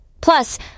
Plus